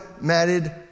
matted